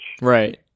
Right